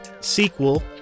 sequel